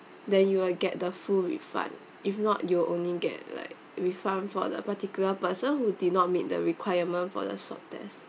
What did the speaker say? then you will get the full refund if not you'll only get like refund for the particular person who did not meet the requirement for the swab test